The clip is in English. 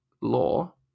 law